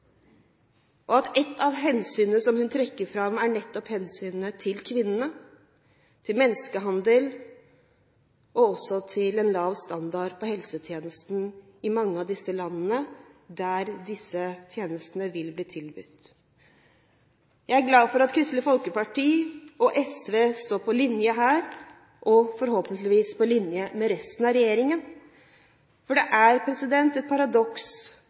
og at ett av forholdene hun trekker fram, nettopp er hensynet til kvinnene, og også menneskehandel og en lav standard på helsetjenesten i mange av de landene der disse tjenestene vil bli tilbudt. Jeg er glad for at Kristelig Folkeparti og SV står på linje her, og forhåpentligvis på linje med resten av regjeringen, for det er et paradoks